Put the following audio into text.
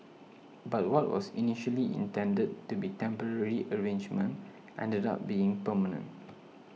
but what was initially intended to be temporary arrangement ended up being permanent